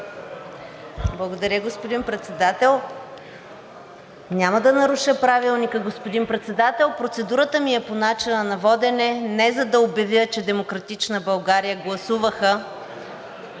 Благодаря, господин Председател. Няма да наруша Правилника, господин Председател. Процедурата ми е по начина на водене, не за да обявя, че „Демократична България“ гласуваха